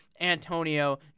Antonio